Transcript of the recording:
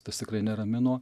tas tikrai neramino